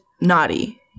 naughty